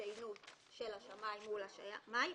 להתדיינות של השמאי מול השמאי,